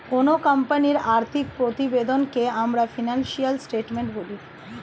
কোনো কোম্পানির আর্থিক প্রতিবেদনকে আমরা ফিনান্সিয়াল স্টেটমেন্ট বলি